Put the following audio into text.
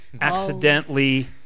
accidentally